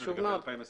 לגבי 2020,